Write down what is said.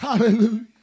Hallelujah